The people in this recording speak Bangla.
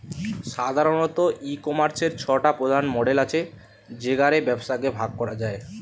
সাধারণত, ই কমার্সের ছটা প্রধান মডেল আছে যেগা রে ব্যবসাকে ভাগ করা যায়